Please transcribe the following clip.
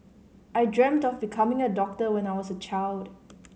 I dreamt of becoming a doctor when I was a child